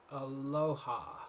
Aloha